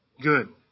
good